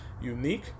unique